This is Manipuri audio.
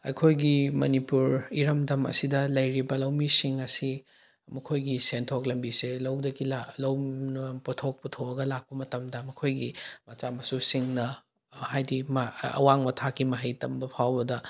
ꯑꯩꯈꯣꯏꯒꯤ ꯃꯅꯤꯄꯨꯔ ꯏꯔꯝꯗꯝ ꯑꯁꯤꯗ ꯂꯩꯔꯤꯕ ꯂꯧꯃꯤꯁꯤꯡ ꯑꯁꯤ ꯃꯈꯣꯏꯒꯤ ꯁꯦꯟꯊꯣꯛ ꯂꯝꯕꯤꯁꯦ ꯂꯧꯗꯒꯤ ꯂꯧꯅ ꯄꯣꯠꯊꯣꯛ ꯄꯨꯊꯣꯛꯑꯒ ꯂꯥꯛꯄ ꯃꯇꯝꯗ ꯃꯈꯣꯏꯒꯤ ꯃꯆꯥ ꯃꯁꯨꯁꯤꯡꯅ ꯍꯥꯏꯗꯤ ꯃꯥ ꯑꯋꯥꯡꯕ ꯊꯥꯛꯀꯤ ꯃꯍꯩ ꯇꯝꯕ ꯐꯥꯎꯕꯗ